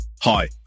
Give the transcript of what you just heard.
Hi